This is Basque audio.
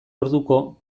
orduko